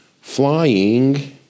flying